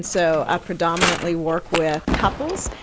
so i predominantly work with couples,